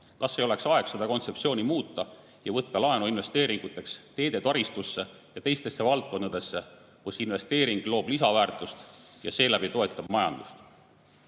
Kas ei oleks aeg seda kontseptsiooni muuta ja võtta laenu investeeringuteks teetaristusse ja teistesse valdkondadesse, kus investeering loob lisandväärtust ja seeläbi toetab